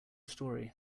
story